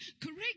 correct